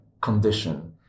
condition